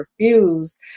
refuse